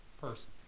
person